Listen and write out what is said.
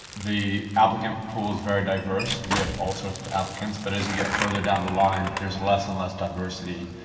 the applicant pool is very diverse. you have all sorts of applicants. but as you get further down the line, there is less and less diversity,